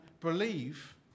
believe